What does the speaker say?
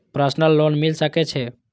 Personal loan मिल सके छे?